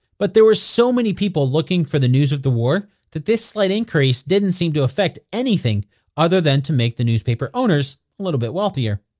but there were so many people looking for the news of the war that this slight increase didn't seem to affect anything other than to make the newspaper owners a bit wealthier.